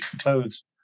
clothes